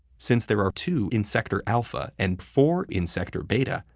since there are two in sector alpha and four in sector beta,